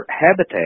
habitat